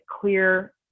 clear